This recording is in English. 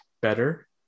better